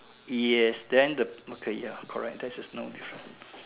yes then the uh ya correct that's the